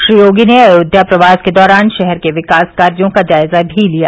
श्री योगी ने अयोध्या प्रवास के दौरान शहर के विकास कार्यो का जायजा भी लिया